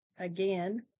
Again